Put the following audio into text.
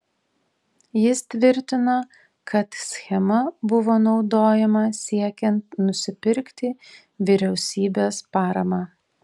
jis tvirtino kad schema buvo naudojama siekiant nusipirkti vyriausybės paramą